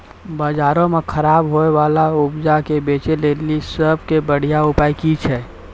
बजारो मे खराब होय बाला उपजा के बेचै लेली सभ से बढिया उपाय कि छै?